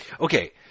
Okay